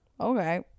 okay